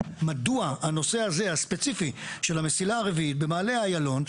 מדוע הנושא הזה הספציפי של המסילה הרביעית במעלה האיילון,